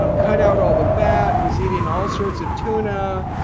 um cut out all the fat. was eating all sorts of tuna.